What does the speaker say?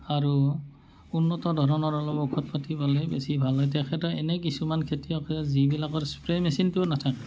আৰু উন্নত ধৰণৰ অলপ ঔষধ পাতি পালে বেছি ভাল হয় তেখেতৰ এনেই কিছুমান খেতিয়ক যিবিলাকৰ স্প্ৰে মেচিনটোও নাথাকে